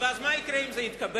אז מה יקרה אם זה יתקבל?